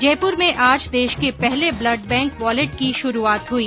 जयपुर में आज देश के पहले ब्लड बैंक वॉलेट की शुरूआत हुई